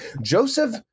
Joseph